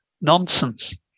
nonsense